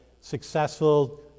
successful